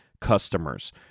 customers